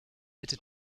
bitte